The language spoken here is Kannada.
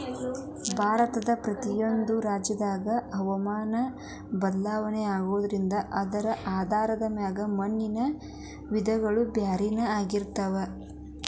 ಭಾರತದ ಪ್ರತಿಯೊಂದು ರಾಜ್ಯದಾಗಿನ ಹವಾಮಾನ ಬದಲಾಗೋದ್ರಿಂದ ಅದರ ಆಧಾರದ ಮ್ಯಾಲೆ ಮಣ್ಣಿನ ವಿಧಗಳು ಬ್ಯಾರ್ಬ್ಯಾರೇ ಆಗ್ತಾವ